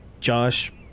Josh